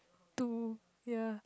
two ya